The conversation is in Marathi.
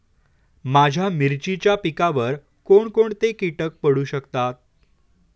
माझ्या मिरचीच्या पिकावर कोण कोणते कीटक पडू शकतात?